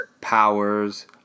Powers